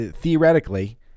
theoretically